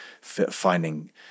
finding